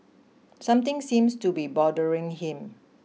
something seems to be bothering him